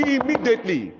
Immediately